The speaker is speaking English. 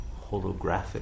holographic